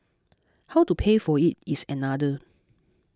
how to pay for it is another